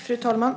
Fru talman!